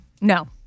No